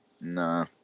Nah